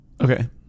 Okay